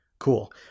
cool